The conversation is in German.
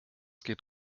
geht